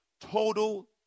total